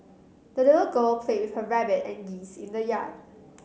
the little girl played with her rabbit and geese in the yard